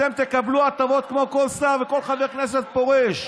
אתם תקבלו הטבות כמו כל שר וכל חבר כנסת פורש.